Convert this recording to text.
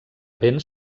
ben